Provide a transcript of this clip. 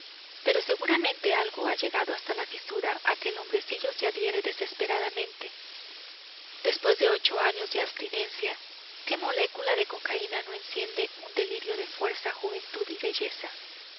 pero seguramente algo ha llegado hasta la fisura a que el hombrecillo se adhiere desesperadamente después de ocho años de abstinencia qué molécula de cocaína no enciende un delirio de fuerza juventud belleza